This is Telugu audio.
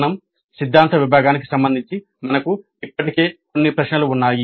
కారణం సిద్ధాంత భాగానికి సంబంధించి మనకు ఇప్పటికే కొన్ని ప్రశ్నలు ఉన్నాయి